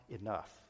enough